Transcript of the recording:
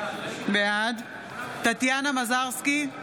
בעד טטיאנה מזרסקי,